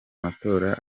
matora